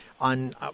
on